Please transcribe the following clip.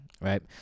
right